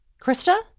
Krista